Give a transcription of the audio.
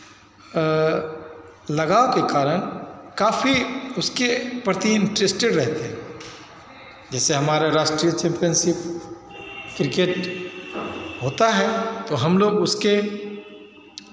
लगाव के कारण काफी उसके प्रति इन्टरेस्टेड रहते हैं जैसे हमारा राष्ट्रीय चैम्पियनशिप क्रिकेट होता है तो हमलोग उसके